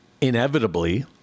Inevitably